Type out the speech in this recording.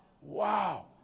Wow